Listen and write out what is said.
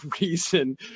reason